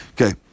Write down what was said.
Okay